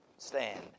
Stand